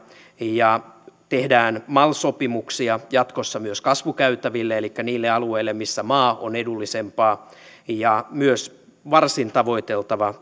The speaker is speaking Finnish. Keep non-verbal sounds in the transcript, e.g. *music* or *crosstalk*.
tehdään mal sopimuksia jatkossa myös kasvukäytäville elikkä niille aluille missä maa on edullisempaa ja myös varsin tavoiteltava *unintelligible*